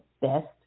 best